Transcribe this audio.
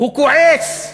הוא כועס,